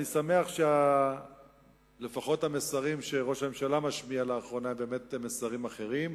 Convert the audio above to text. אני שמח שלפחות המסרים שראש הממשלה משמיע לאחרונה הם מסרים אחרים.